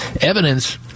evidence